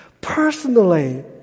personally